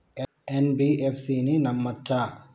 NBFC ని నమ్మచ్చా?